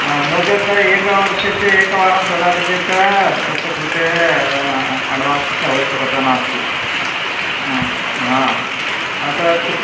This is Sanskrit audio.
नो चेत् एकवर्षस्य एकवारं ददाति चेत् तस्य कृते अड्वान्स्स्य आवश्यकता नास्ति हा अतः